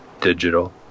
digital